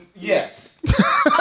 Yes